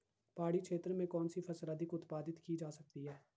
पहाड़ी क्षेत्र में कौन सी फसल अधिक उत्पादित की जा सकती है?